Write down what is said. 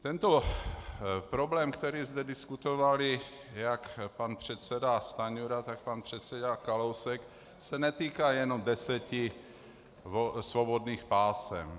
Tento problém, který zde diskutovali jak pan předseda Stanjura, tak pan předseda Kalousek, se netýká jenom deseti svobodných pásem.